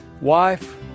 wife